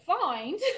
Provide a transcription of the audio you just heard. find